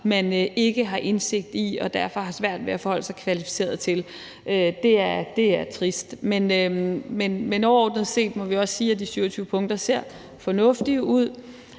man ikke har indsigt i og derfor har svært ved at forholde sig kvalificeret til. Det er trist. Men overordnet set må vi også sige at de 27 punkter ser fornuftige ud,